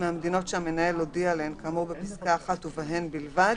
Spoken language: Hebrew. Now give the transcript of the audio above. מהמדינות שהמנהל הודיע עליהן כאמור בפסקה (1) ובהן בלבד.